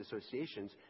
associations